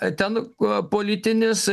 ten politinis